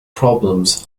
problems